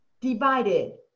divided